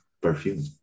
Perfume